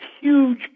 huge